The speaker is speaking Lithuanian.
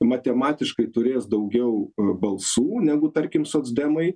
matematiškai turės daugiau balsų negu tarkim socdemai